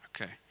okay